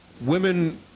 women